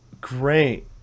Great